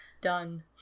Done